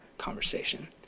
conversation